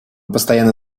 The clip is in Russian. постоянно